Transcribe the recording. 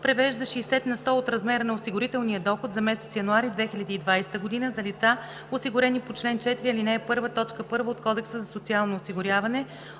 превежда 60 на сто от размера на осигурителния доход за месец януари 2020 г., за лица, осигурени по чл. 4, ал. 1, т. 1 от Кодекса за социално осигуряване